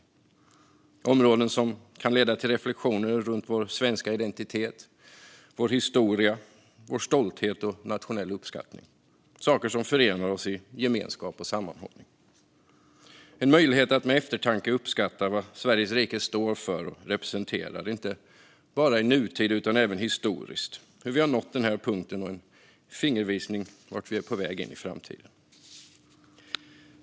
Det är områden som kan leda till reflektioner runt vår svenska identitet, vår historia, vår stolthet och vår nationella uppskattning - saker som förenar oss i gemenskap och sammanhållning. Detta är en möjlighet att med eftertanke uppskatta vad Sveriges rike står för och representerar, inte bara i nutid utan även historiskt, och hur vi nått denna punkt. Det ger också en fingervisning om vart vi är på väg när vi går in i framtiden.